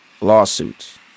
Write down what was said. lawsuits